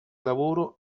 lavoro